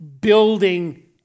building